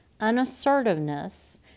unassertiveness